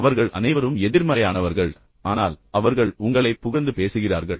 எனவே அவர்கள் அனைவரும் எதிர்மறையானவர்கள் ஆனால் பின்னர் அவர்கள் உங்களைப் புகழ்ந்து பேசுகிறார்கள்